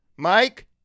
Mike